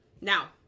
Now